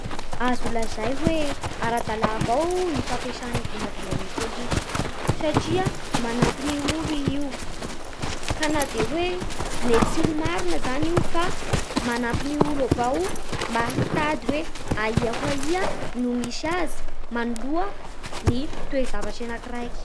Azo lazay hoa ara-dalana avao ny fampiasana ny vinavinan'ny polisy satria manampy ny oo i io. Ka na de hoe mety tsy ho marina zany io fa manampy ny olo avao mba hitady hoe aia ho aia ny misy azy manoloa ny toe-javatsy anakiraiky.